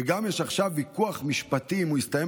וגם יש עכשיו ויכוח משפטי אם הוא יסתיים